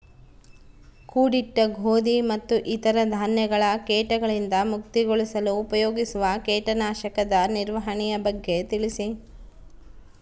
ಕೂಡಿಟ್ಟ ಗೋಧಿ ಮತ್ತು ಇತರ ಧಾನ್ಯಗಳ ಕೇಟಗಳಿಂದ ಮುಕ್ತಿಗೊಳಿಸಲು ಉಪಯೋಗಿಸುವ ಕೇಟನಾಶಕದ ನಿರ್ವಹಣೆಯ ಬಗ್ಗೆ ತಿಳಿಸಿ?